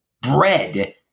Bread